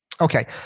Okay